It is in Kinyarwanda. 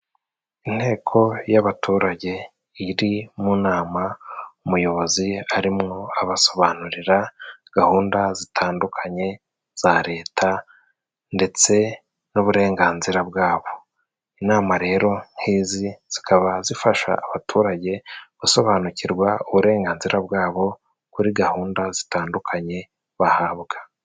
Inteko y'abaturage iri mu nama, umuyobozi arimo abasobanurira gahunda zitandukanye za leta ndetse n'uburenganzira bwabo. Inama rero nk'izi zikaba zifasha abaturage gusobanukirwa uburenganzira bwabo kuri gahunda zitandukanye bahabwa.